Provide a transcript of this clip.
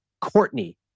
Courtney